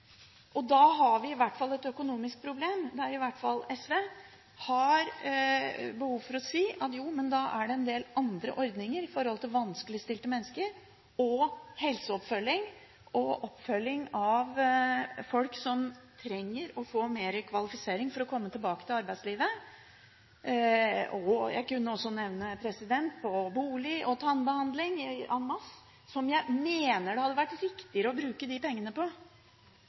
Da har vi i hvert fall et økonomisk problem. Da har i hvert fall SV behov for å si at det en del andre ordninger for vanskeligstilte mennesker, helseoppfølging og oppfølging av folk som trenger å få mer kvalifisering for å komme tilbake til arbeidslivet – jeg kunne også nevne bolig og tannbehandling en masse – som jeg mener det hadde vært riktigere å bruke disse pengene på.